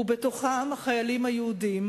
ובתוכם החיילים היהודים,